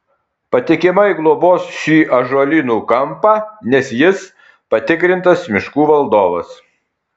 patikimai globos šį ąžuolynų kampą nes jis patikrintas miškų valdovas